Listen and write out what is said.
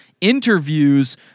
interviews